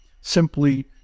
simply